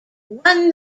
won